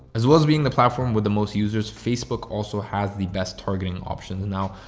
as well as being the platform with the most users, facebook also has the best targeting options and now,